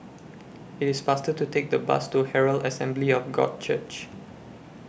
IT IS faster to Take The Bus to Herald Assembly of God Church